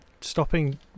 stopping